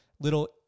little